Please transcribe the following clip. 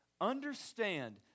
understand